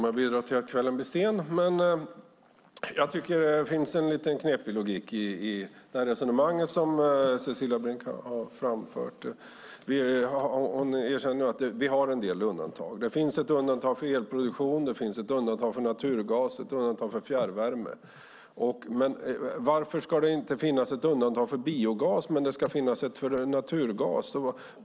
Herr talman! Det är en knepig logik i det resonemang som Cecilia Brinck för. Hon erkänner att vi har en del undantag. Det finns ett undantag för elproduktion, ett undantag för naturgas och ett undantag för fjärrvärme. Varför ska det inte finnas ett undantag för biogas men ett för naturgas?